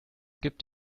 gibt